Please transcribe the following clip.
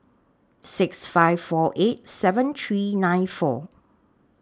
six five four eight seven three nine four